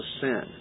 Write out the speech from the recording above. sin